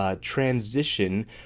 transition